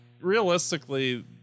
realistically